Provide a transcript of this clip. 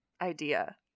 idea